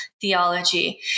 theology